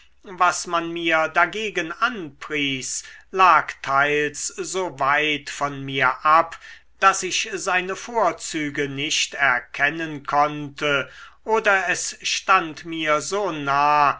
was man mir dagegen anpries lag teils so weit von mir ab daß ich seine vorzüge nicht erkennen konnte oder es stand mir so nah